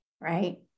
Right